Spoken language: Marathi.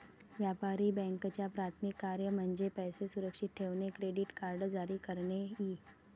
व्यापारी बँकांचे प्राथमिक कार्य म्हणजे पैसे सुरक्षित ठेवणे, क्रेडिट कार्ड जारी करणे इ